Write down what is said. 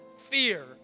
fear